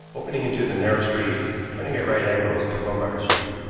opening into the narrow street turning at right angles to lombard street.